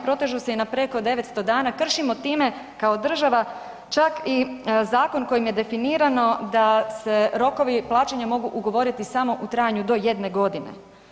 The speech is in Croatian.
protežu i na preko 900 dana, kršimo time kao država čak i zakon kojim je definirano da se rokovi plaćanja mogu ugovoriti samo u trajanju do 1 godine.